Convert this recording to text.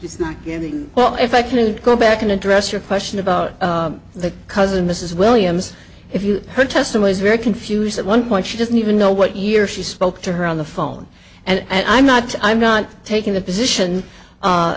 it's not getting well if i can go back and address your question about the cousin mrs williams if you her testimony is very confused at one point she doesn't even know what year she spoke to her on the phone and i'm not i'm not taking the position